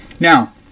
Now